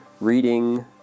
reading